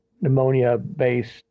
pneumonia-based